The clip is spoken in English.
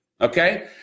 okay